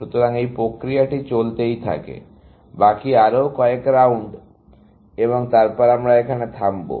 সুতরাং এই প্রক্রিয়াটি চলতেই থাকে বাকি আরও কয়েক রাউন্ড এবং তারপর আমরা থামব